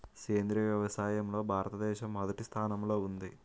సేంద్రీయ వ్యవసాయంలో భారతదేశం మొదటి స్థానంలో ఉంది